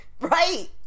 right